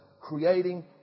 Creating